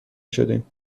شدیم